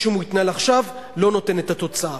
שהוא מתנהל עכשיו לא נותן את התוצאה.